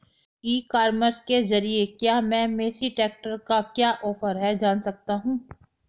ई commerce के ज़रिए क्या मैं मेसी ट्रैक्टर का क्या ऑफर है जान सकता हूँ?